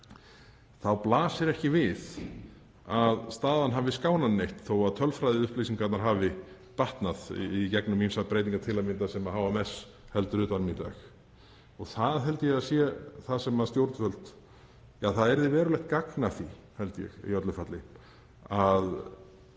þá blasir ekki við að staðan hafi skánað neitt þótt tölfræðiupplýsingarnar hafi batnað í gegnum breytingar, til að mynda sem HMS heldur utan um í dag. Það held ég að sé það sem stjórnvöld — ja, það yrði verulegt gagn af því í öllu falli að